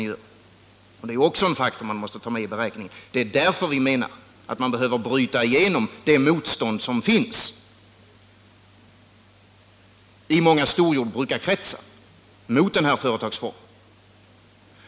Detta är också en faktor som man måste ta med i beräkningen. Det är därför man måste bryta igenom det motstånd som finns i många storjordbrukarkretsar mot just denna företagsform.